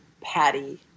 patty